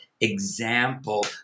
example